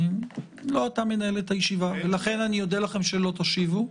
לא אתה מנהל את הישיבה ולכן אני אודה לכם שלא תשיבו.